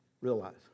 realize